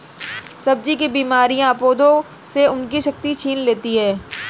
सब्जी की बीमारियां पौधों से उनकी शक्ति छीन लेती हैं